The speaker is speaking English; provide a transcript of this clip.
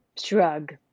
shrug